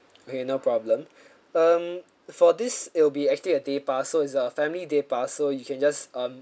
okay no problem um for this it'll be actually a day pass so it's a family day pass so you can just um